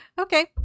Okay